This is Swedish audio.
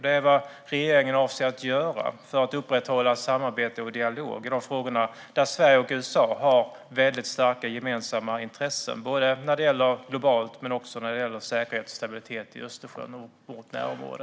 Vad avser regeringen att göra för att upprätthålla samarbete och dialog i de frågor där Sverige och USA har starka gemensamma intressen både globalt och vad gäller säkerhet och stabilitet i Östersjöområdet och vårt närområde?